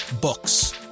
Books